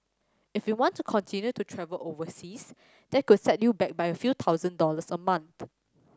if you want to continue to travel overseas that could set you back by a few thousand dollars a month